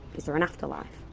is there an afterlife?